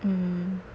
mm